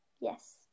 Yes